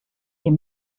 ihr